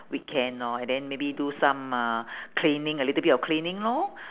weekend lor and then maybe do some uh cleaning a little bit of cleaning lor